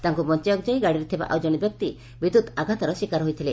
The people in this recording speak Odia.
ତାଙ୍କୁ ବଞାଇବାକୁ ଯାଇ ଗାଡ଼ିରେ ଥିବା ଆଉ ଜଣେ ବ୍ୟକ୍ତି ବିଦ୍ୟତ ଆଘାତର ଶିକାର ହୋଇଥିଲେ